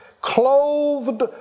clothed